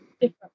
different